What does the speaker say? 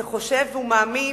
שחושב ומאמין